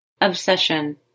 Obsession